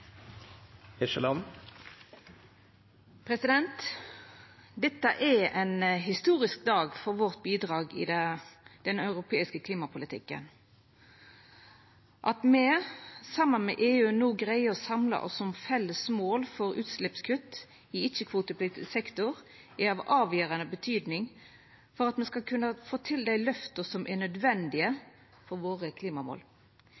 omme. Dette er ein historisk dag for vårt bidrag i den europeiske klimapolitikken. At me, saman med EU, no greier å samla oss om felles mål for utsleppskutt i ikkje-kvotepliktig sektor, er avgjerande for at me skal kunna få til dei løfta som er